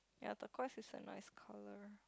ya turquiose is a nice colour